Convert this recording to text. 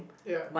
ya